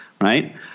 right